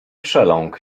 przeląkł